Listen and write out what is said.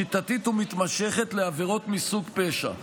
שיטתית ומתמשכת לעבירות מסוג פשע".